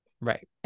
Right